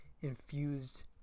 infused